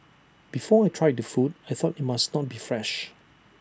before I tried the food I thought IT must not be fresh